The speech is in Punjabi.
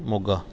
ਮੋਗਾ